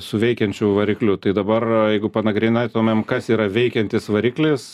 su veikiančiu varikliu tai dabar jeigu panagrinėtumėm kas yra veikiantis variklis